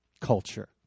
culture